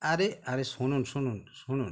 আরে আরে শুনুন শুনুন শুনুন